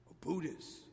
Buddhists